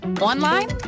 Online